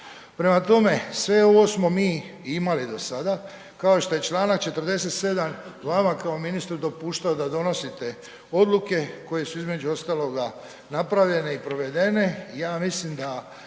Prema tome, sve ovo smo mi imali do sada kao što je čl. 47.vama kao ministru dopuštao da donosite odluke koje su između ostaloga napravljene i provedene,